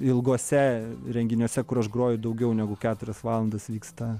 ilguose renginiuose kur aš groju daugiau negu keturias valandas vyksta